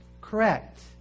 Correct